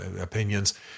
opinions